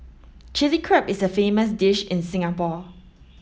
Chilli Crab is a famous dish in Singapore